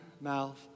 mouth